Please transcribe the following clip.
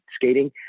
skating